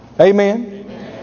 Amen